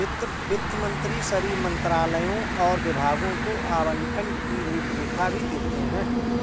वित्त मंत्री सभी मंत्रालयों और विभागों को आवंटन की रूपरेखा भी देते हैं